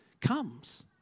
comes